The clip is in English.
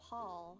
Paul